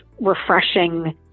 refreshing